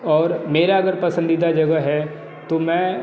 और मेरा अगर पसंदीदा जगह है तो मैं